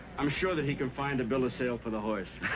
i'm sure that he can find the bill of sale for the horse.